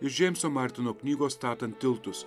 iš džeimso martino knygos statant tiltus